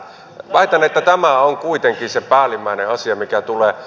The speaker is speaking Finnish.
väitän että tämä on kuitenkin se päällimmäinen asia mikä tulee